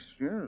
yes